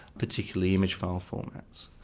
particularly image file formats.